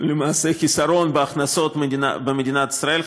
למעשה חיסרון בהכנסות מדינת ישראל.